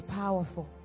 powerful